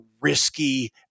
risky